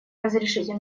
разрешите